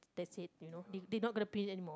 that's it you know they they not going to print anymore